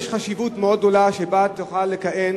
יש חשיבות מאוד גדולה לכך שתוכל לכהן